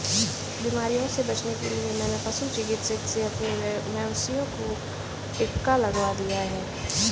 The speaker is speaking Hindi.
बीमारियों से बचने के लिए मैंने पशु चिकित्सक से अपने मवेशियों को टिका लगवा दिया है